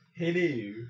hello